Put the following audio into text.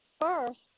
first